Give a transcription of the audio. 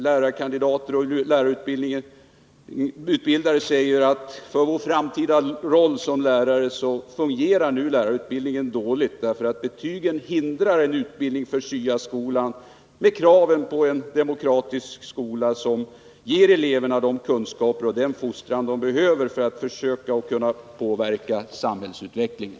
Lärarkandidater och lärarutbildare säger att lärarutbildningen f.n. fungerar dåligt för deras framtida roll som lärare. Betygen hindrar nämligen en utbildning för SIA-skolan med de krav den ställer på en demokrati i skolan som ger eleverna de kunskaper och den fostran de behöver för att sedan kunna bidra till att påverka samhällsutvecklingen.